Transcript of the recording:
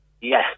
Yes